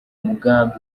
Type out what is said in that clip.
mugambi